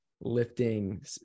lifting